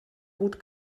gut